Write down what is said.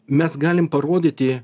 mes galim parodyti